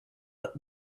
but